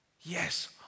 Yes